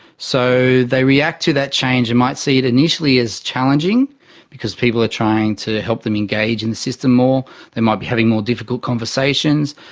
so they react to that change and might see it initially as challenging because people are trying to help them engage in the system more, they might be having more difficult conversations,